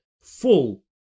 full